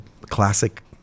classic